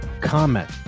comment